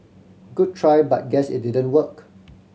good try but guess it didn't work